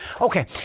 Okay